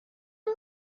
این